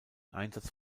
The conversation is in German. einsatz